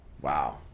Wow